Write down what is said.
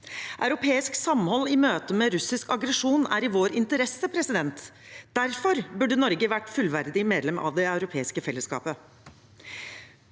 Europeisk samhold i møte med russisk aggresjon er i vår interesse. Derfor burde Norge vært fullverdig medlem av det europeiske fellesskapet.